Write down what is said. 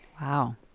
Wow